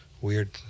weird